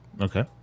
Okay